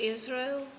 Israel